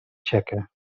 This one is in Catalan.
txeca